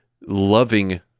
loving